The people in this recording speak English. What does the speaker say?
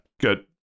Good